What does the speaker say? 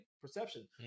perception